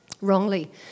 wrongly